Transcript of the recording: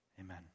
Amen